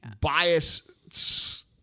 bias